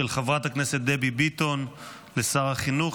של חברת הכנסת דבי ביטון לשר החינוך